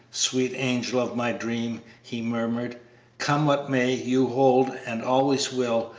sweet angel of my dream! he murmured come what may, you hold, and always will,